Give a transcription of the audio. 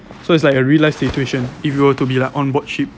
so it's like a real life situation if you were to be like on board ship